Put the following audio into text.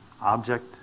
Object